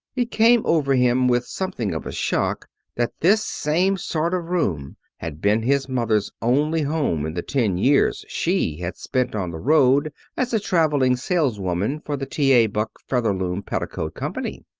it came over him with something of a shock that this same sort of room had been his mother's only home in the ten years she had spent on the road as a traveling saleswoman for the t a. buck featherloom petticoat company.